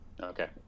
Okay